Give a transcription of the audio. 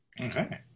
Okay